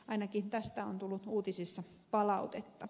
ainakin tästä on tullut uutisissa palautetta